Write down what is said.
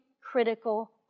critical